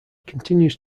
continues